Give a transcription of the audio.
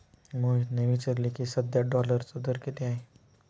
मोहितने विचारले की, सध्या डॉलरचा दर किती आहे?